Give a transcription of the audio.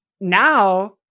now